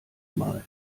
mal